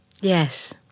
Yes